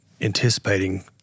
anticipating